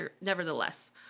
nevertheless